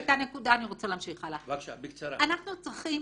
אנחנו צריכים